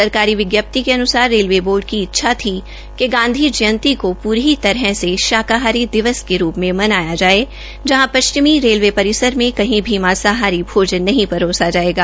सरकारी विजप्ति के अनुसार रेलवे बोर्ड की इच्छा थी थी में कल कि गाधी जयंती को पूरी तरह से शाकाहारी दिवस के रूप् से मनाया जाये जहां पश्चिमी रेलवे परिसार मे कही भी मांसाहारी भोजना नहीं परोसा जायेगा